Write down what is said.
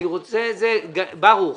ברוך,